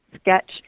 sketch